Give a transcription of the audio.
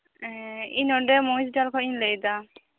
ᱤᱧ ᱱᱚᱰᱮ ᱢᱚᱦᱤᱥᱰᱷᱟᱞ ᱠᱷᱚᱱᱤᱧ ᱞᱟᱹᱭ ᱫᱟ